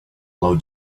low